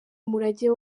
umurage